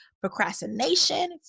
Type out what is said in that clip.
procrastination